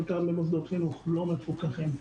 חלקם במוסדות חינוך לא מפוקחים.